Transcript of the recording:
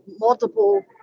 multiple